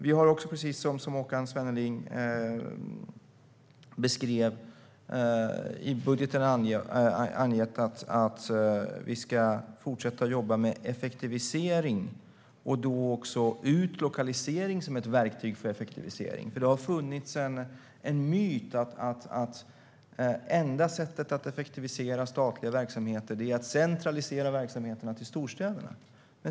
Vi har, som Håkan Svenneling beskrev, i budgeten angett att vi ska fortsätta att jobba med effektivisering, och då även med utlokalisering som ett verktyg för effektivisering. Det har funnits en myt att enda sättet att effektivisera statliga verksamheter är att centralisera dem till storstäderna.